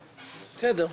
בסדר.